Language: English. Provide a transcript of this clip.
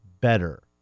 better